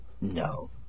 No